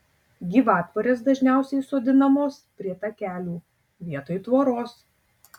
gyvatvorės dažniausiai sodinamos prie takelių vietoj tvoros